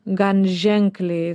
gan ženkliai